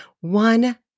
one